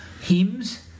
hymns